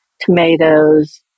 tomatoes